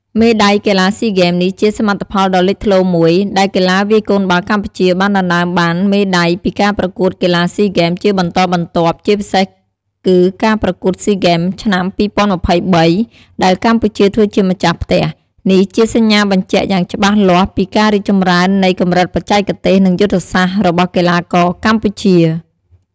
មេដាយកីឡាស៊ីហ្គេមនេះជាសមិទ្ធផលដ៏លេចធ្លោមួយ ដែលកីឡាវាយកូនបាល់កម្ពុជាបានដណ្ដើមបាន មេដាយពីការប្រកួតកីឡាស៊ីហ្គេមជាបន្តបន្ទាប់ ជាពិសេសគឺការប្រកួតស៊ីហ្គេមឆ្នាំ ២០២៣ ដែលកម្ពុជាធ្វើជាម្ចាស់ផ្ទះ។ នេះជាសញ្ញាបញ្ជាក់យ៉ាងច្បាស់លាស់ពីការរីកចម្រើននៃកម្រិតបច្ចេកទេស និងយុទ្ធសាស្ត្ររបស់កីឡាករកម្ពុជា។